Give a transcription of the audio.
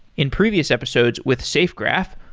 in previous episodes with safegraph,